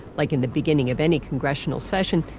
like in the beginning of any congressional session,